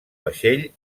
vaixell